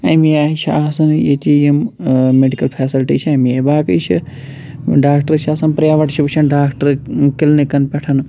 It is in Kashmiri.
أمے آیہِ چھِ آسان ییٚتہِ یِم ٲں میٚڈِکٕل فیسَلٹی چھِ اَمے آیہِ باقٕے چھِ ڈاکٹر چھِ آسان پرٛایویٹ چھِ وُچھان ڈاکٹر کِلنِکَن پٮ۪ٹھ